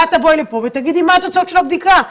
את תבואי לפה ותגידי מה התוצאות של הבדיקה.